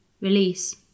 release